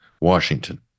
Washington